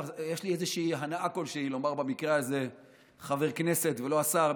יש לי הנאה כלשהי לומר במקרה הזה "חבר הכנסת" ולא "השר",